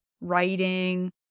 writing